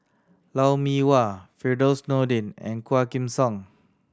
Lou Mee Wah Firdaus Nordin and Quah Kim Song